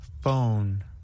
Phone